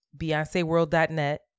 Beyonceworld.net